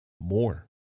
more